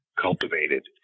cultivated